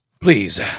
Please